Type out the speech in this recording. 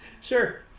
Sure